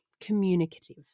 communicative